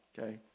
okay